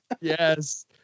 yes